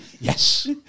Yes